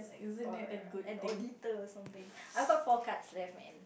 or an auditor or something I got four cards left man